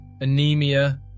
anemia